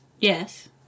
Yes